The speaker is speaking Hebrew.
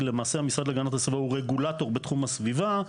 כי למעשה המשרד להגנת הסביבה הוא רגולטור בתחום הסביבה,